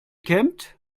kämmt